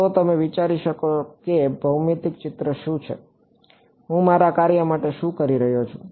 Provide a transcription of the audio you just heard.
તો તમે વિચારી શકો કે ભૌમિતિક ચિત્ર શું છે હું મારા કાર્ય માટે શું કરી રહ્યો છું